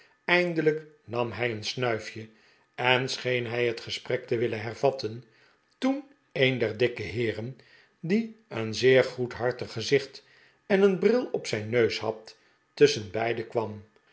eindelijk nam hij een snuif je eni scheen hij het gesprek te willen hervatten toen een der dikke heeren die een zeer goedhartig gezicht en een bril op den neus had tusschenbeide kwam